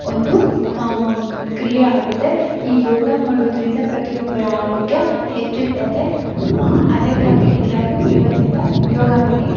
ಒಂದು ಕ್ರಿಯೆಯಾಗಿದೆ ಈ ಯೋಗ ಮಾಡೋದರಿಂದ ಪ್ರತಿಯೊಬ್ಬರ ಆರೋಗ್ಯ ಹೆಚ್ಚುತ್ತದೆ ಅದಕ್ಕಾಗಿ ಎಲ್ಲರೂ ಈವತ್ತಿಂದ ಯೋಗ ಮಾಡಿ